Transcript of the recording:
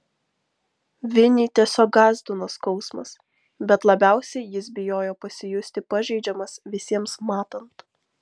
vinį tiesiog gąsdino skausmas bet labiausiai jis bijojo pasijusti pažeidžiamas visiems matant